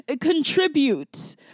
Contribute